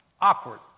awkward